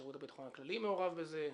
שירות הביטחון הכללי מעורב בזה,